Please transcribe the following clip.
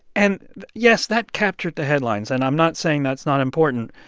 and yes, that captured the headlines, and i'm not saying that's not important,